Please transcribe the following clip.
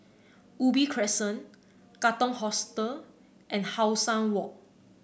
Ubi Crescent Katong Hostel and How Sun Walk